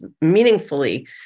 meaningfully